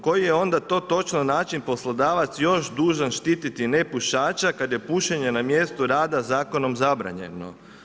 Koji je onda to točno način poslodavac još dužan štititi nepušača kada je pušenje na mjestu rada zakonom zabranjeno?